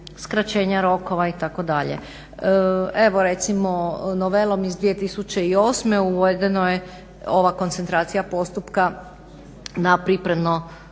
skraćenje rokova itd. Evo recimo novelom iz 2008. uvedeno je ova koncentracija postupka na pripremno